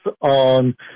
on